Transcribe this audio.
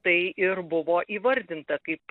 tai ir buvo įvardinta kaip